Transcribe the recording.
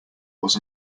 was